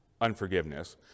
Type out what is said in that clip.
unforgiveness